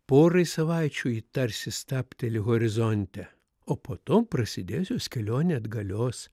porai savaičių ji tarsi stabteli horizonte o po to prasidės jos kelionė atgalios